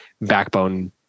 backbone